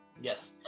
Yes